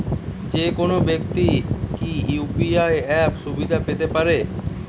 যেকোনো ব্যাক্তি কি ইউ.পি.আই অ্যাপ সুবিধা পেতে পারে?